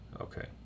Okay